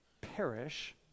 perish